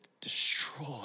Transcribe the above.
destroy